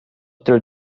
ter